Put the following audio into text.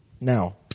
Now